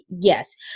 Yes